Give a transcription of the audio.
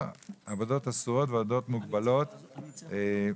(עבודות אסורות ועבודות מוגבלות) (תיקון)